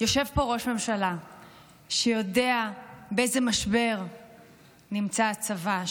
יושב פה ראש ממשלה שיודע באיזה משבר נמצא הצבא,